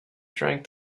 drank